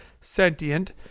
sentient